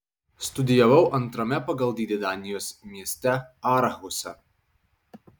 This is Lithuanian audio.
studijavau antrame pagal dydį danijos mieste aarhuse